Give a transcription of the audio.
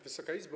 Wysoka Izbo!